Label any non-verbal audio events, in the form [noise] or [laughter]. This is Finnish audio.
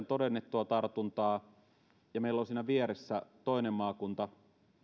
[unintelligible] todennettua tartuntaa ja meillä on siinä vieressä toinen maakunta